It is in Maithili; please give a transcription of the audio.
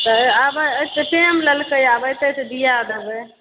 तऽ टाइम लेलकय आब एतए तऽ दिआ देबय